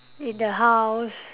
in the house